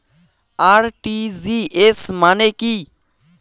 RTGS মানে কি?